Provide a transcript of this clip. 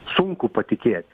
sunku patikėt